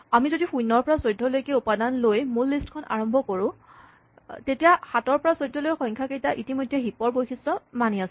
আমি যদি ০ ৰ পৰা ১৪ লৈকে উপাদান লৈ মূল লিষ্টখন লৈ আৰম্ভ কৰোঁ তেতিয়া ৭ ৰ পৰা ১৪ সংখ্যাকেইটাই ইতিমধ্যে হিপ ৰ বৈশিষ্ট মানি আছে